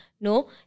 no